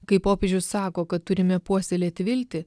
kai popiežius sako kad turime puoselėti viltį